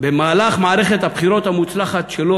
במהלך מערכת הבחירות המוצלחת שלו,